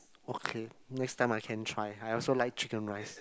okay next time I can try I also like Chicken Rice